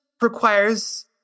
requires